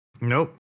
nope